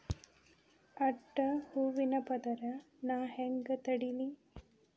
ಅಡ್ಡ ಹೂವಿನ ಪದರ್ ನಾ ಹೆಂಗ್ ತಡಿಲಿ?